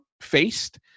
faced